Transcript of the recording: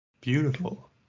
Beautiful